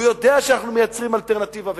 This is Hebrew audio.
הוא יודע שאנחנו מייצרים אלטרנטיבה ותקווה.